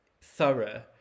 thorough